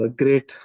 great